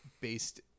based